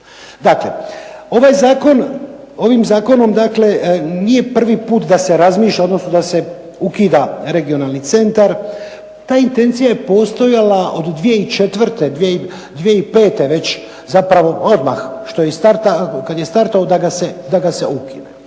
Dakle, ovim zakonom nije prvi put da se razmišlja, odnosno da se ukida regionalni centar. Ta intencija je postojala od 2004., 2005. već zapravo odmah kad je startao da ga se ukine.